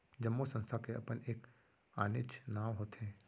जम्मो संस्था के अपन एक आनेच्च नांव होथे